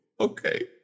okay